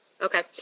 Okay